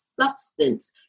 substance